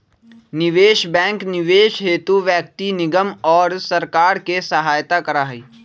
निवेश बैंक निवेश हेतु व्यक्ति निगम और सरकार के सहायता करा हई